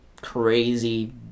crazy